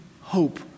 hope